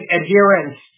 adherence